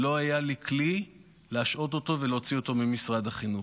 לא היה לי כלי להשעות אותו ולהוציא אותו ממשרד החינוך.